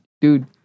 dude